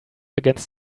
against